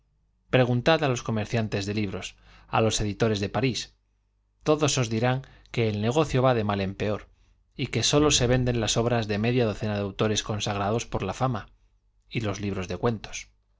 preguntad á los comerciantes de iib ros dirán á los editores de parís todos que el negocio os va de mal en peor y que sólo se venden las obras de media docena de autores consagrados por la fama y los libros de cuentos